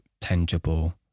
tangible